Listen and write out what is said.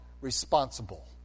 responsible